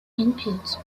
input